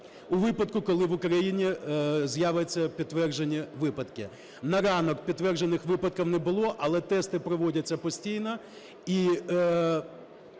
у випадку, коли в Україні з'являться підтверджені випадки. На ранок підтверджених випадків не було, але тести проводяться постійно.